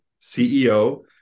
CEO